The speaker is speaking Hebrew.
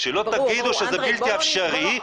שלא תגידו שזה בלתי אפשרי,